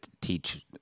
teach